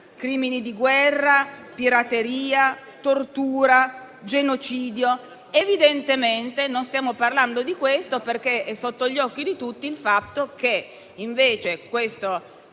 crimini di guerra, pirateria, tortura, genocidio. Evidentemente non stiamo parlando di questo, perché è sotto gli occhi di tutti il fatto che invece la